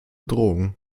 drohung